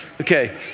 Okay